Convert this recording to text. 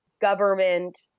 government